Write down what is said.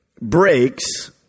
breaks